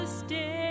stay